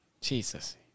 Jesus